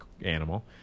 animal